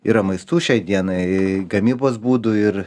yra maistų šiai dienai gamybos būdų ir